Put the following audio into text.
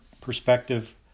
perspective